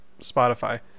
Spotify